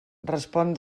respon